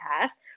past